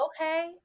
okay